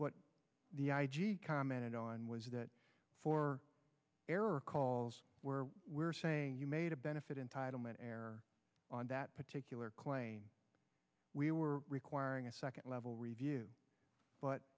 what the i g commented on was that for error calls where we're saying you made a benefit entitlement err on that particular claim we were requiring a second level review but